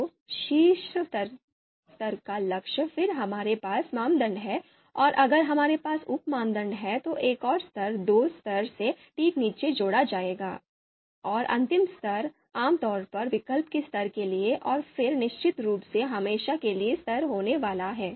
तो शीर्ष स्तर का लक्ष्य फिर हमारे पास मानदंड हैं और अगर हमारे पास उप मानदंड हैं तो एक और स्तर 2 स्तर से ठीक नीचे जोड़ा जाएगा और अंतिम स्तर आमतौर पर विकल्प के स्तर के लिए और फिर निश्चित रूप से हमेशा के लिए स्तर होने वाला है